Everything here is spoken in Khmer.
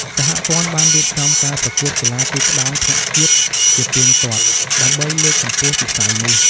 សហព័ន្ធបានរៀបចំការប្រកួតកីឡាទូកក្ដោងថ្នាក់ជាតិជាទៀងទាត់ ដើម្បីលើកកម្ពស់វិស័យនេះ។